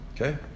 Okay